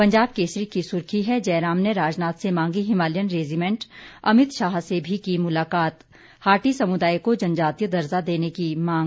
पंजाब केसरी की सुर्खी है जयराम ने राजनाथ से मांगी हिमालयन रैजीमैंट अमित शाह से भी की मुलाकात हाटी समुदाय को जनजातीय दर्जा देने की की मांग